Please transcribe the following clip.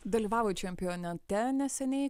dalyvavot čempionate neseniai